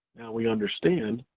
we understand,